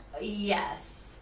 Yes